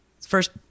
first